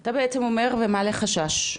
אתה בעצם אומר ומעלה חשש,